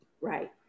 Right